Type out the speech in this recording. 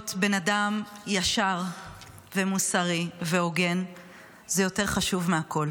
אני חושבת שלהיות בן אדם ישר ומוסרי והוגן זה יותר חשוב מהכול.